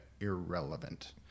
irrelevant